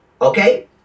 okay